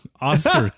Oscar